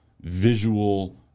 visual